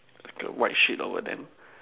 like a white sheep over them